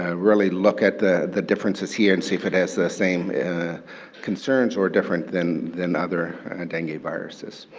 ah really look at the the differences here and see if it has the same concerns or different than than other dengue viruses.